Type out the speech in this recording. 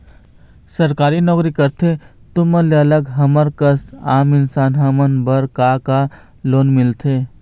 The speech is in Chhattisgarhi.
सरकारी नोकरी करथे तुमन ले अलग हमर कस आम इंसान हमन बर का का लोन मिलथे?